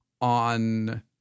on